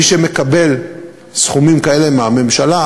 מי שמקבל סכומים כאלה מהממשלה,